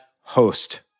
host